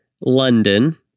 london